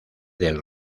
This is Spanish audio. del